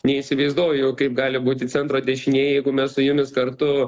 neįsivaizduoju kaip gali būti centro dešinieji jeigu mes su jumis kartu